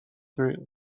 through